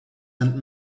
and